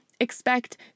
expect